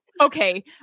okay